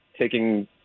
taking